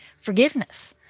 forgiveness